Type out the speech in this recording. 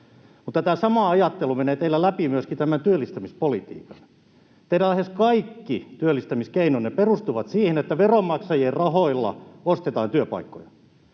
tämä sama ajattelu menee teillä myöskin läpi tämän työllistämispolitiikan. Lähes kaikki teidän työllistämiskeinonne perustuvat siihen, että veronmaksajien rahoilla ostetaan työpaikkoja,